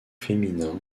féminin